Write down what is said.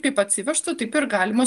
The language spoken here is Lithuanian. kaip atsivežta taip ir galima